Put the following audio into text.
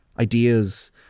Ideas